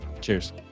Cheers